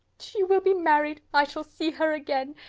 she will be married! i shall see her again!